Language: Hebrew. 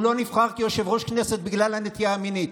הוא לא נבחר כיושב-ראש הכנסת בגלל הנטייה המינית,